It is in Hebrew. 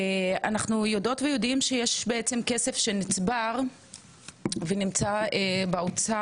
אנחנו יודעות ויודעים שיש בעצם כסף שנצבר ונמצא באוצר,